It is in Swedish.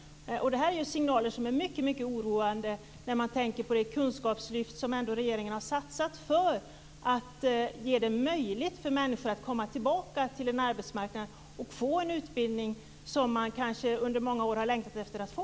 Det här är signaler som är mycket oroande när man tänker på det kunskapslyft som regeringen har satsat på för att göra det möjligt för människor att komma tillbaka till en arbetsmarknad och få en utbildning som man kanske under många år har längtat efter att få.